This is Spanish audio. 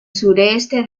sureste